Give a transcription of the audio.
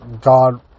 God